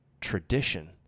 tradition